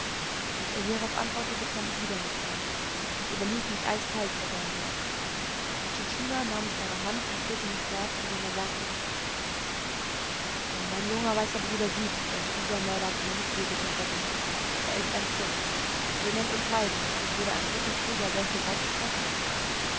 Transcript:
was er hierauf antwortete kann ich wieder nicht sagen es überlief mich eiseskalt bei seinen worten intschu tschuna nahm mich bei der hand und führte mich fort indem er sagte mein junger weißer bruder sieht daß dieser mörder keine fürbitte verdient er ist ein christ ihr nennt uns heiden aber würde ein roter krieger solche worte sprechen